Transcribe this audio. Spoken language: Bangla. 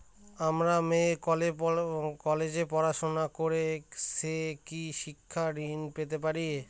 আমার মেয়ে কলেজে পড়াশোনা করে সে কি শিক্ষা ঋণ পেতে পারে?